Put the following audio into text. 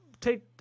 take